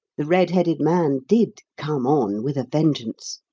the red-headed man did come on with a vengeance.